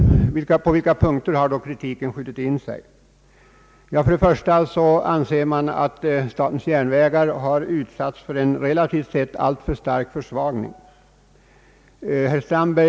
På vilka punkter har då kritiken skjutit in sig? Det anses att statens järnvägar har utsatts för en relativt sett alltför stark försvagning i jämförelse med andra trafikmedel.